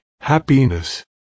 happiness